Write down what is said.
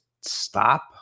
stop